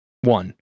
one